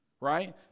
Right